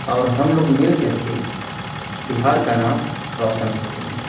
اور ہم لوگ مل کر کے بہار کا نام روشن کریں گے